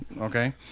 okay